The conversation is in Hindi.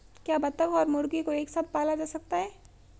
क्या बत्तख और मुर्गी को एक साथ पाला जा सकता है?